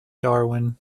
darwin